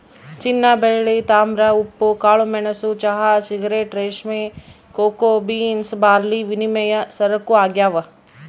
ಚಿನ್ನಬೆಳ್ಳಿ ತಾಮ್ರ ಉಪ್ಪು ಕಾಳುಮೆಣಸು ಚಹಾ ಸಿಗರೇಟ್ ರೇಷ್ಮೆ ಕೋಕೋ ಬೀನ್ಸ್ ಬಾರ್ಲಿವಿನಿಮಯ ಸರಕು ಆಗ್ಯಾವ